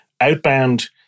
Outbound